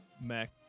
Mac